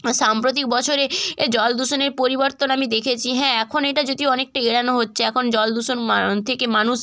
আর সাম্প্রতিক বছরে এ জলদূষণের পরিবর্তন আমি দেখেছি হ্যাঁ এখন এটা যদিও অনেকটা এড়ানো হচ্ছে এখন জলদূষণ মা থেকে মানুষ